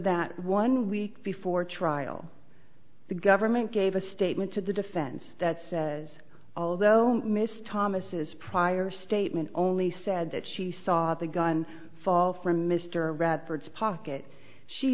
that one week before trial the government gave a statement to the defense that says although miss thomas prior statement only said that she saw the gun fall from mr radford's pocket she